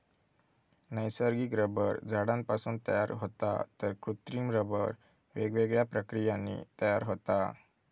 नैसर्गिक रबर झाडांपासून तयार होता तर कृत्रिम रबर वेगवेगळ्या प्रक्रियांनी तयार होता